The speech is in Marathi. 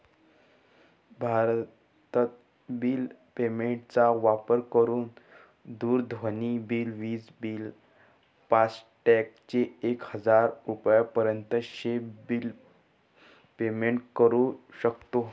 भारतत बिल पेमेंट चा वापर करून दूरध्वनी बिल, विज बिल, फास्टॅग चे एक हजार रुपयापर्यंत चे बिल पेमेंट करू शकतो